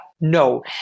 no